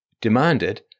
demanded